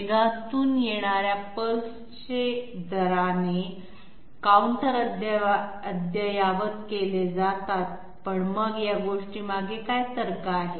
वेगातून येणार्या पल्सचे दराने काउंटर अद्ययावत केले जातात पण मग या गोष्टीमागे काय तर्क आहे